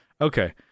okay